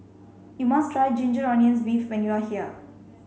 you must try ginger onions beef when you are here